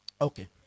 Okay